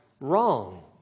wrong